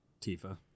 Tifa